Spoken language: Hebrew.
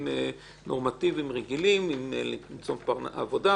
נורמטיביים רגילים ולמצוא פרנסה ועבודה.